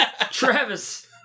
Travis